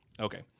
Okay